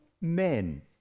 men